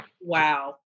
Wow